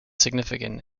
significant